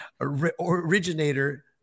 originator